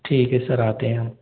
ठीक है सर आते हैं हम